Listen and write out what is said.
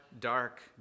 dark